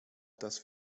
das